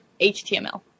html